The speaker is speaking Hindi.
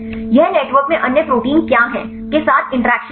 यह नेटवर्क में अन्य प्रोटीन क्या हैं के साथ इंटरैक्शन है